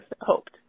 hoped